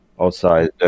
outside